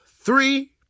three